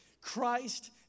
Christ